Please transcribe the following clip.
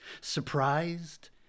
Surprised